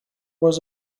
was